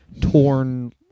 torn